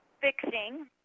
fixing